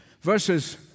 Verses